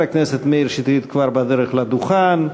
חבר הכנסת מאיר שטרית כבר בדרך לדוכן,